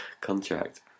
contract